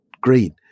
green